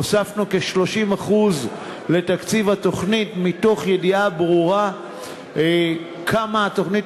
הוספנו כ-30% לתקציב התוכנית מתוך ידיעה ברורה כמה התוכנית